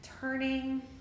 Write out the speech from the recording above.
turning